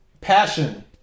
Passion